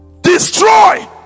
Destroy